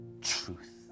truth